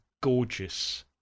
gorgeous